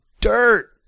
dirt